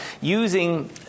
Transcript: using